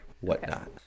whatnot